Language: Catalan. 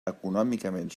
econòmicament